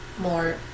more